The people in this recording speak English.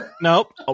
nope